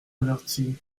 avertis